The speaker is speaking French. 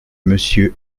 monsieur